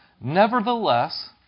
Nevertheless